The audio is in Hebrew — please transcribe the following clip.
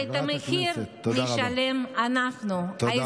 ואת המחיר נשלם אנחנו,